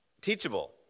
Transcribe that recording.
teachable